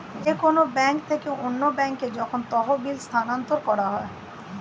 যে কোন ব্যাংক থেকে অন্য ব্যাংকে যখন তহবিল স্থানান্তর করা হয়